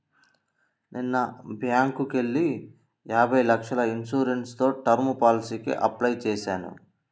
నిన్న బ్యేంకుకెళ్ళి యాభై లక్షల ఇన్సూరెన్స్ తో టర్మ్ పాలసీకి అప్లై చేశాను